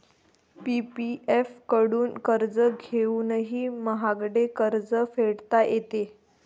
PPF कडून कर्ज घेऊनही महागडे कर्ज फेडता येते